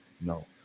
no